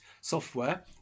software